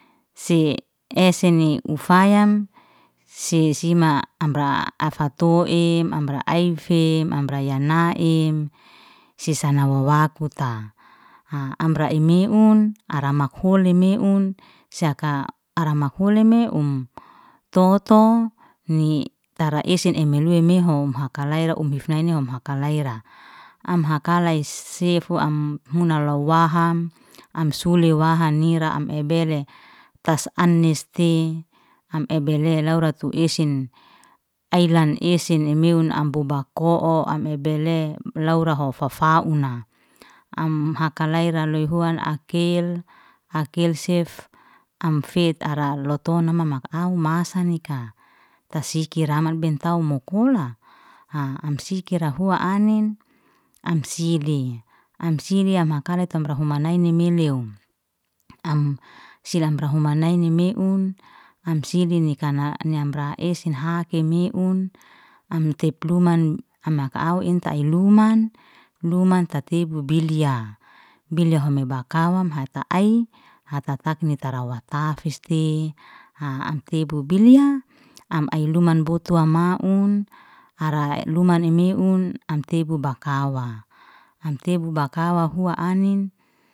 Si eseni ufayam si sima amra afato'im amra aife amra yanaem sisana wawakuta. ha amra imeun, arama hule meun seka aramahule, um toto ni tara esen emilui mehun, haka laila um ifnainim am haka laira, am hakalai sefu, am munala waham, am shule wahan nira, am ebele tas anisti, am ebelay laura tu isin. Ai lan isin imeun, am abobako'o am ebeley laura hof fau- fauna. Am hakalaira loihuan akil akil sif, am fit ara luto nama au masanika, tasikira am bentau mu'kula, am sikira hua anin, am side am side, am hakalai tamra humanaini meleu, am silamra humanaini meun, am side nikan amra esen hakem meun, am tep, am haka au inta ai luman, luman tatebu beliya, beliya home bakawam hata ai hata takni tara watafiste am tebu biliya, am ai luman botuwa maun hara luman imeun, am tebu bakawa, am tebu bakawa hua anin.